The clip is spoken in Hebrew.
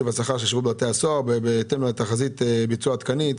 השכר של שירות בתי הסוהר בהתאם לתחזית ביצוע עדכנית.